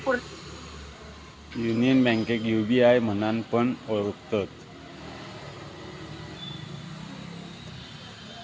union बैंकेक UBI म्हणान पण ओळखतत